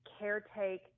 caretake